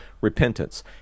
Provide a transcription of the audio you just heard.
repentance